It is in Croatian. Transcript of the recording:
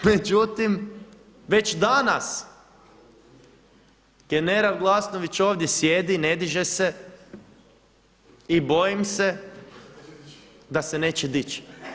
Međutim, već danas general Glasnović ovdje sjedi, ne diže se i bojim se da se neće dići.